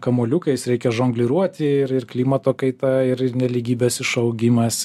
kamuoliukais reikia žongliruoti ir ir klimato kaita ir nelygybės išaugimas